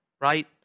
right